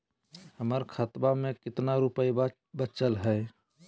हमर खतवा मे कितना रूपयवा बचल हई?